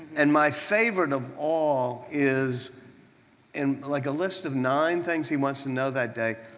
and my favorite of all is and like a list of nine things he wants to know that day.